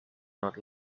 not